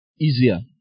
easier